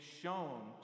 shown